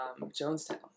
Jonestown